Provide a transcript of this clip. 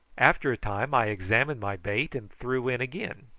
after a time i examined my bait and threw in again.